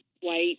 white